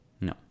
No